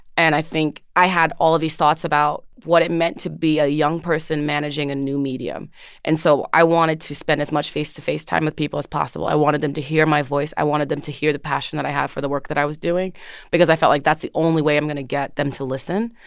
and i think i had all of these thoughts about what it meant to be a young person managing a new medium and so i wanted to spend as much face-to-face time with people as possible. i wanted them to hear my voice. i wanted them to hear the passion that i have for the work that i was doing because i felt like that's the only way i'm going to get them to listen.